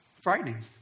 Frightening